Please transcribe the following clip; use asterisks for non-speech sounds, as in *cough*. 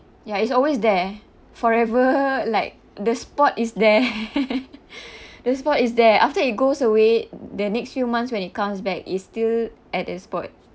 ya it's always there forever like the spot is there *laughs* the spot is there after it goes away the next few months when it comes back it's still at the spot